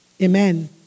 Amen